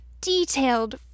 detailed